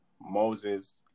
Moses